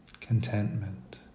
contentment